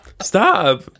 stop